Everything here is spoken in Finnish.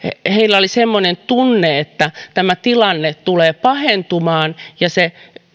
heillä oli semmoinen tunne että tämä tilanne tulee pahentumaan ja se